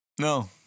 No